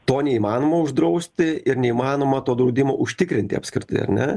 to neįmanoma uždrausti ir neįmanoma to draudimo užtikrinti apskritai ar ne